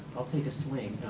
i'll take a swing.